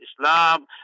Islam